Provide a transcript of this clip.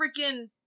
freaking